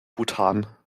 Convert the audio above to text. bhutan